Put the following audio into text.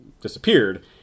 disappeared